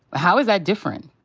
how is that different?